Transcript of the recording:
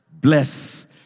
bless